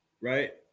right